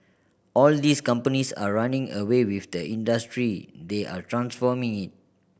all these companies are running away with the industry they are transforming it